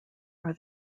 are